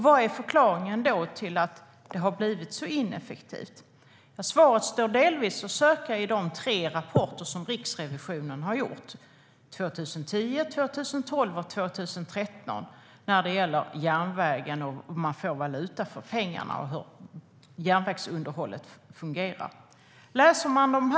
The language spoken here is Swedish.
Vad är förklaringen till att det har blivit så ineffektivt? Svaret står delvis att söka i de tre rapporter som Riksrevisionen har gjort 2010, 2012 och 2013 när det gäller järnvägen, om man får valuta för pengarna och hur järnvägsunderhållet fungerar.